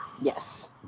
Yes